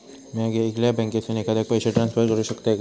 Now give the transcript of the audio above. म्या येगल्या बँकेसून एखाद्याक पयशे ट्रान्सफर करू शकतय काय?